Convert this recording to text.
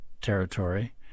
territory